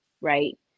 right